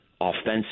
offensive